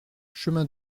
chemin